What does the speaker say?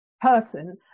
person